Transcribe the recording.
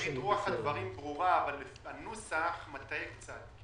רוח הדברים ברורה אבל הנוסח מטעה קצת.